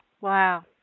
Wow